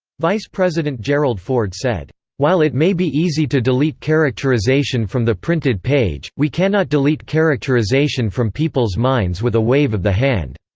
vice president gerald ford said, while it may be easy to delete characterization from the printed page, we cannot delete characterization from people's minds with a wave of the hand.